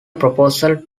proposal